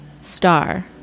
star